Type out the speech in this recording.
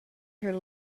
her